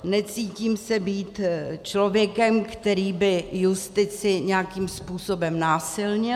Necítím se být člověkem, který by justici nějakým způsobem násilnil.